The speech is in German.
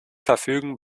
verfügen